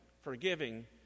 forgiving